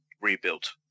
rebuilt